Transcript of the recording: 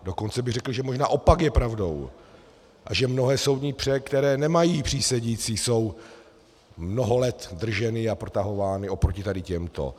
Dokonce bych řekl, že možná opak je pravdou a že mnohé soudní pře, které nemají přísedící, jsou mnoho let drženy a protahovány oproti tady těmto.